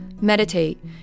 meditate